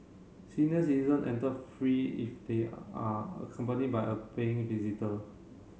senior citizen enter free if they are accompanied by a paying visitor